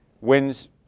wins